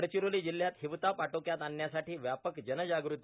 गडचिरोली जिल्ह्यात हिवताप आटोक्यात आणण्यासाठी व्यापक जनजागृती